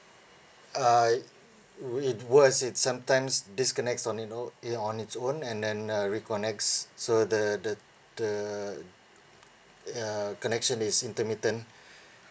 I well it was it sometimes disconnects on it own it own it's own and then uh reconnects so the the the uh connection is intermittent